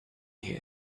hear